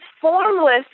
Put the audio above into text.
formless